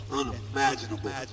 unimaginable